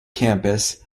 campus